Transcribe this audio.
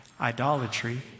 idolatry